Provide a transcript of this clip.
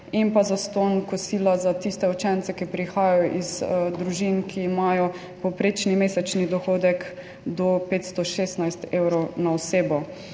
in pa zastonj kosila za tiste učence, ki prihajajo iz družin, ki imajo povprečni mesečni dohodek do 516 evrov na osebo.